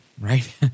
right